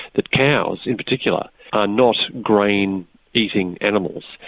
that cows, in particular, are not grain-eating grain-eating animals.